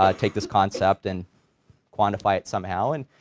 ah take this concept and quantify it somehow and,